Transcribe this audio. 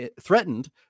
threatened